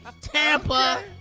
Tampa